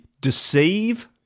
deceive